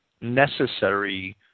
necessary